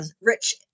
rich